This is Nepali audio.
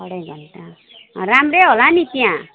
अढाई घन्टा राम्रै होला नि त्यहाँ